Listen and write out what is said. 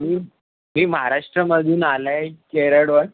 मी महाराष्ट्रामधून आले आहे केरळवर